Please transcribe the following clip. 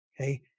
Okay